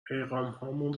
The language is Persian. پیغامهامون